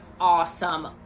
awesome